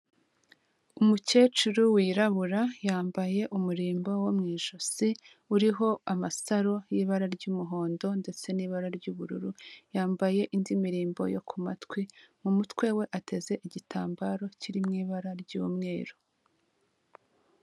Umukecuru wirabura yambaye umurimbo wo mu ijosi uriho amasaro y'ibara ry'umuhondo ndetse n'ibara ry'ubururu, yambaye indi mirimbo yo ku matwi, mu mutwe we ateze igitambaro kiri mu ibara ry'umweru.